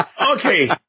Okay